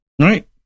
right